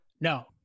No